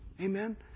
Amen